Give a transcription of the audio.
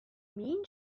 mean